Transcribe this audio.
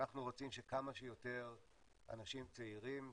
אנחנו רוצים שכמה שיותר אנשים צעירים,